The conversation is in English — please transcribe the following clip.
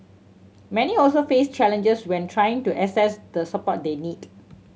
many also face challenges when trying to access the support they need